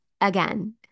again